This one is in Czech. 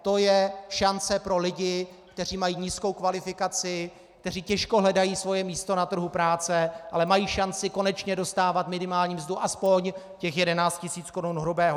To je šance pro lidi, kteří mají nízkou kvalifikaci, kteří těžko hledají svoje místo na trhu práce, ale mají šanci konečně dostávat minimální mzdu aspoň 11 tisíc korun hrubého.